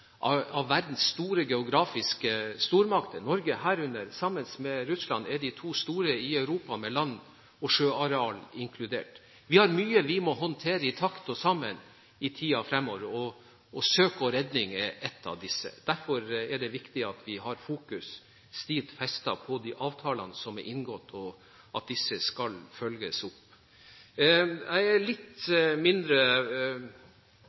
av verdens store geografiske stormakter, Norge herunder. Sammen med Russland er de to store i Europa, med land- og sjøareal inkludert. Vi har mye vi må håndtere i takt og sammen i tiden fremover. Søk og redning er ett av disse. Derfor er det viktig at vi har blikket stivt festet på de avtalene som er inngått, og at disse skal følges opp. Jeg er litt